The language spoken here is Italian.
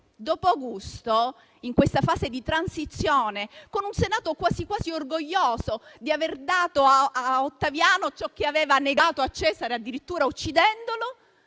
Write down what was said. perché in questa fase di transizione, con un Senato quasi orgoglioso di aver dato a Ottaviano ciò che aveva negato a Cesare, addirittura uccidendolo,